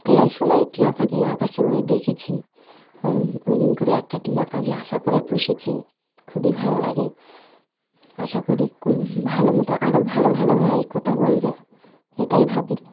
ফেরায় সময় টিয়া পাখি আকাশে ওড়ে দেখেছি ওই জন্য করে একটা টিয়া পাখি আশা করে পুষেছি খুবই ভালো লাগে আশা করি ভালো মতো আরও ভালো ভালো হয় কথা বলবে এটাই ভাবি